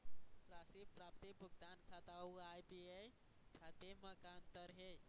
राशि प्राप्ति भुगतान खाता अऊ आय व्यय खाते म का अंतर हे?